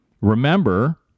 Remember